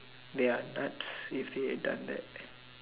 they are nuts if they had done that